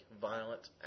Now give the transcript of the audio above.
violent